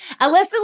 Alyssa